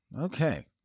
Okay